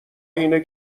اینه